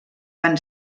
van